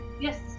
Yes